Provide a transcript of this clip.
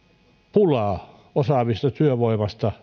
pulaa osaavasta työvoimasta